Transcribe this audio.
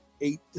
eight